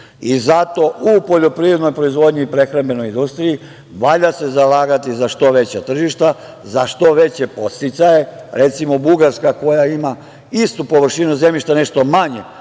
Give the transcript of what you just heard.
Zato u poljoprivrednoj proizvodnji i prehrambenoj industriji valja se zalagati za što veća tržišta, za što veće podsticaje. Recimo, Bugarska, koja ima istu površinu zemljišta, nešto manje